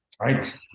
right